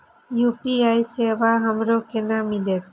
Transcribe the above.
UPI सेवा हमरो केना मिलते?